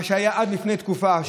מה שהיה עד לפני תקופה,